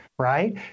right